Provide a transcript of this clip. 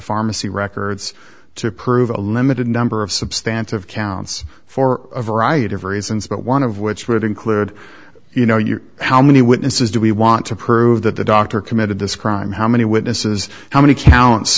pharmacy records to prove a limited number of substantial counts for a variety of reasons but one of which would include you know your how many witnesses do we want to prove that the doctor committed this crime how many witnesses how many counts